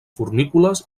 fornícules